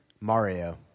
Mario